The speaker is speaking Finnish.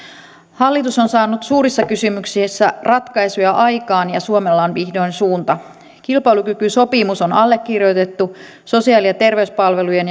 hallitus on saanut suurissa kysymyksissä ratkaisuja aikaan ja suomella on vihdoin suunta kilpailukykysopimus on allekirjoitettu sosiaali ja terveyspalvelujen